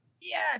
Yes